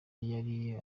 yari